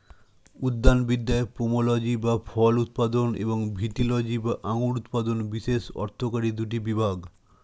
উদ্যানবিদ্যায় পোমোলজি বা ফল উৎপাদন এবং ভিটিলজি বা আঙুর উৎপাদন বিশেষ অর্থকরী দুটি বিভাগ